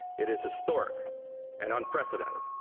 it is historic and unprecedented